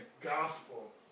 gospel